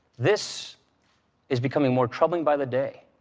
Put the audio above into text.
this is becoming more troubling by the day.